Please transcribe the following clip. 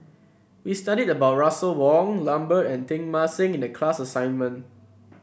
we studied about Russel Wong Lambert and Teng Mah Seng in the class assignment